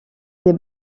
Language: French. des